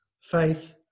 faith